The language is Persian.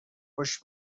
خوش